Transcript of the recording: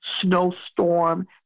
snowstorm